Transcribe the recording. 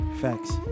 facts